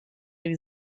new